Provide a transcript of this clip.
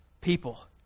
people